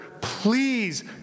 please